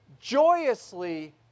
joyously